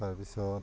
তাৰপিছত